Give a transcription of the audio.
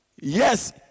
Yes